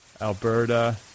Alberta